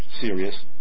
serious